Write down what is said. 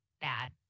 bad